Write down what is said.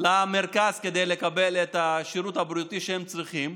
למרכז כדי לקבל את השירות הבריאותי שהם צריכים,